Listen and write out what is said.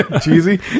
Cheesy